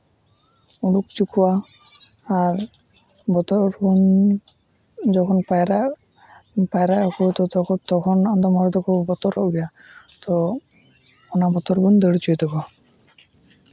ᱩᱰᱩᱠ ᱦᱚᱪᱚ ᱠᱚᱣᱟ ᱟᱨ ᱵᱚᱛᱚᱨ ᱡᱮᱢᱚᱱ ᱯᱟᱭᱨᱟᱜ ᱯᱟᱭᱨᱟᱜ ᱟᱠᱚ ᱛᱚᱠᱷᱚᱱ ᱟᱫᱚᱢ ᱦᱚᱲ ᱫᱚᱠᱚ ᱵᱚᱛᱚᱨᱚᱜ ᱜᱮᱭᱟ ᱛᱚ ᱚᱱᱟ ᱵᱚᱛᱚᱨ ᱜᱮᱢ ᱫᱟᱹᱲ ᱚᱪᱚᱭ ᱛᱟᱠᱚᱣᱟ